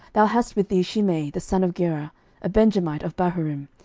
thou hast with thee shimei the son of gera, a benjamite of bahurim,